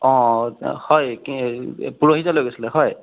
অঁ অঁ হয় পৰহি যে লৈ গৈছিলে হয়